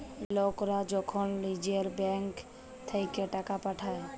লকরা যখল লিজের ব্যাংক থ্যাইকে টাকা পাঠায়